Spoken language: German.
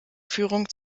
führung